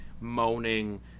moaning